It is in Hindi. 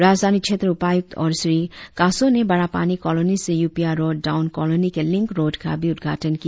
राजधानी क्षेत्र उपायुक्त और श्री कासो ने बारापानी कोलोनी से यूपिया रोड डाउन कोलोनी के लिंक रोड का भी उद्घाटन किया